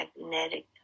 magnetic